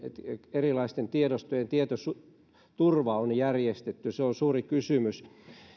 erilaisten tiedostojen tietoturva on järjestetty se on suuri kysymys